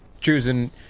choosing